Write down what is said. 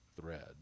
thread